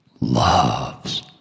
loves